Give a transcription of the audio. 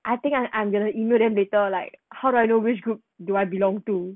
I think I I'm going to email them later like how do I know which group do I belong to